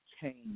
change